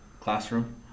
classroom